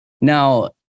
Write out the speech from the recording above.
Now